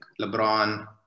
lebron